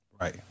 Right